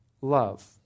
love